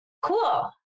Cool